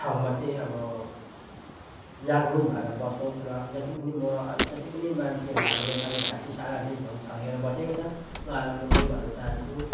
ठाउँमा चाहिँ अब जागृत भएर बसोस् र जति पनि म जति पनि मान्छेहरू हाम्रो नेपालीभाषी सारा देशभरि छरिएर बसेको छ उहाँहरूलाई म यही भन्न चाहन्छु